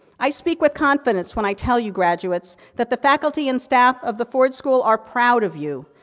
i speak with confidence when i tell you, graduates, that the faculty and staff of the ford school are proud of you,